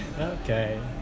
Okay